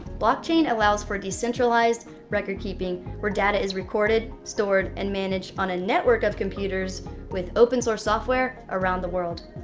blockchain allows for decentralized record keeping where data is recorded, stored, and managed on a network of computers with open source software around the world.